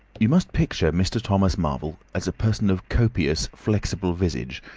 you must picture mr. thomas marvel as a person of copious, flexible visage,